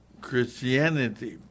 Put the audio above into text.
Christianity